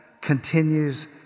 continues